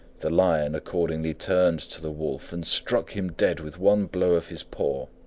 the lion accordingly turned to the wolf and struck him dead with one blow of his paw,